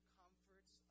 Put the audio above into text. comforts